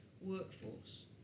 workforce